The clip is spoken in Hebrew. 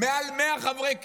מעל 100 חברי כנסת.